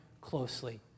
closely